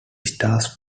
stars